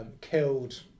killed